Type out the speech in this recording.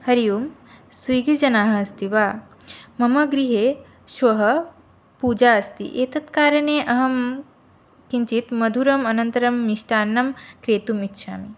हरिः ओम् स्विग्गि जनाः अस्ति वा मम गृहे श्वः पूजा अस्ति एतत् कारणेन अहं किञ्चित् मधुरम् अनन्तरं मिष्टान्नं क्रेतुम् इच्छामि